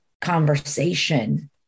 conversation